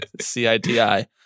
C-I-T-I